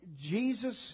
Jesus